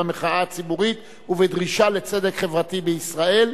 במחאה הציבורית ובדרישה לצדק חברתי בישראל.